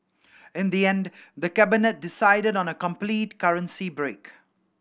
in the end the Cabinet decided on a complete currency break